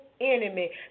enemy